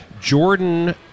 Jordan